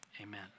amen